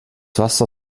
wasser